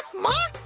my